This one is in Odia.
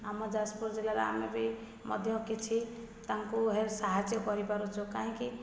ଆମ ଯାଜପୁର ଜିଲ୍ଲାରେ ଆମେ ବି ମଧ୍ୟ କିଛି ତାଙ୍କୁ ସାହାଯ୍ୟ କରିପାରୁଛୁ କାହିଁକି